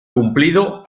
cumplido